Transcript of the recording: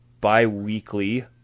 bi-weekly